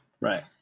Right